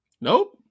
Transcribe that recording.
Nope